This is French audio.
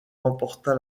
remporta